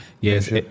Yes